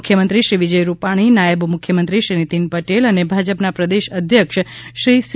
મુખ્ય મંત્રી શ્રી વિજય રૂપાણી નાયબ મુખ્ય મંત્રી શ્રી નીતિન પટેલ અને ભાજપના પ્રદેશ અધ્યક્ષ શ્રી સી